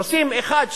עושים אחת,